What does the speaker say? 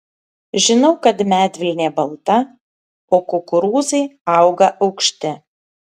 žinau kad medvilnė balta o kukurūzai auga aukšti